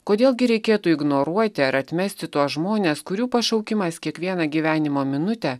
kodėl gi reikėtų ignoruoti ar atmesti tuos žmones kurių pašaukimas kiekvieną gyvenimo minutę